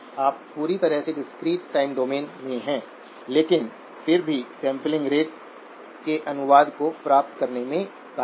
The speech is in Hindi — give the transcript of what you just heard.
आप पूरी तरह से डिस्क्रीट टाइम डोमेन में रहे लेकिन फिर भी सैंपलिंग रेट के अनुवाद को प्राप्त करने में कामयाब रहे